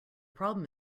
problem